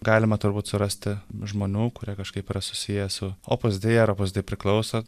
galima turbūt surasti žmonių kurie kažkaip yra susiję su opus dei ar opus dei priklauso